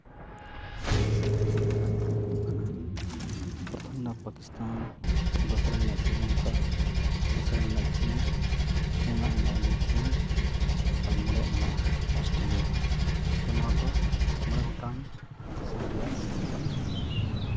ᱫᱤᱥᱚᱢ ᱨᱮᱱᱟᱜ ᱧᱩᱛᱩᱢ ᱦᱩᱭᱩᱜ ᱠᱟᱱᱟ ᱯᱨᱚᱛᱷᱚᱢ ᱢᱮᱱᱟᱜᱼᱟ ᱯᱟᱠᱤᱥᱛᱷᱟᱱ ᱫᱚᱥᱟᱨ ᱢᱮᱱᱟᱜᱼᱟ ᱥᱨᱤᱞᱚᱝᱠᱟ ᱛᱮᱥᱟᱨ ᱢᱮᱱᱟᱜᱼᱟ ᱪᱤᱱ ᱯᱩᱱᱟᱜ ᱢᱮᱱᱟᱜᱼᱟ ᱱᱤᱭᱩᱡᱤᱞᱮᱱᱰ ᱟᱨ ᱢᱚᱬᱮᱭᱟᱜ ᱢᱮᱱᱟᱜᱼᱟ ᱚᱥᱴᱨᱮᱞᱤᱭᱟ ᱛᱚ ᱱᱚᱣᱟ ᱫᱚ ᱢᱚᱬᱮ ᱜᱚᱴᱟᱝ ᱫᱤᱥᱚᱢ ᱨᱮᱭᱟᱜ ᱧᱩᱛᱩᱢ ᱠᱟᱱᱟ